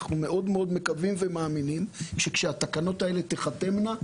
אנחנו מאוד מקווים ומאמינים כאשר התקנות האלה תחתמנה,